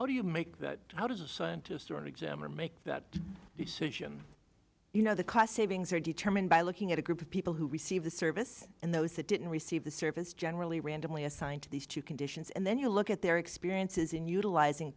how do you make that how does a scientist or an examiner make that decision you know the cost savings are determined by looking at a group of people who receive the service and those that didn't receive the service generally randomly assigned to these two conditions and then you look at their experiences in utilizing